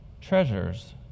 treasures